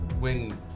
wing